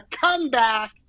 comeback